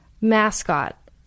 mascot